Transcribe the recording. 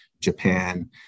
Japan